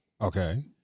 Okay